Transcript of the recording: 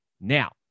Now